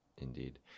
Indeed